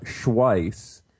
schweiss